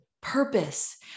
purpose